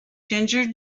ginger